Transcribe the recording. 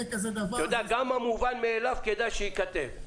יהיה כזה דבר -- גם המובן מאליו כדאי שייכתב.